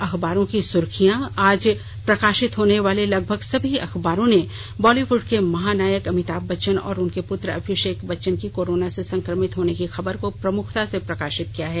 अखबारों की सुर्खियां आज प्रकाशित होनेवाले लगभग सभी अखबारों ने वॉलीवुड के महानायक अमिताभ बच्चन और उनके पुत्र अभिषेक बच्चन के कोरोना से संकमित होने की खबर को प्रमुखता से प्रकाशित किया है